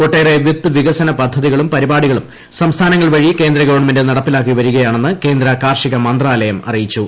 ഒട്ടേറെ വിത്ത് വികസന പദ്ധതികളും പരിപാടികളും സംസ്ഥാനങ്ങൾ വഴി കേന്ദ്ര ഗവണ്മെന്റ് നടപ്പിലാക്കി വരികയാണെന്ന് കേന്ദ്ര കാർഷിക മ്ന്ത്രാലയം അറിയിച്ചു